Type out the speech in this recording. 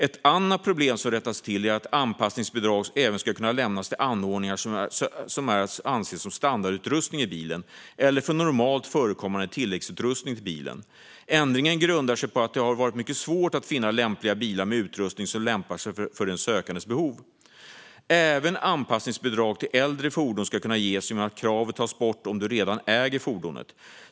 Ett annat problem som rättas till är att anpassningsbidrag även ska kunna lämnas till anordningar som är att anse som standardutrustning i bilen eller för normalt förekommande tilläggsutrustning till bilen. Ändringen grundar sig på att det har varit mycket svårt att finna lämpliga bilar med utrustning som lämpar sig för den sökandes behov. Även anpassningsbidrag till äldre fordon ska kunna ges genom att kravet tas bort om du redan äger fordonet.